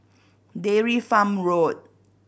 Dairy Farm Road